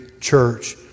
church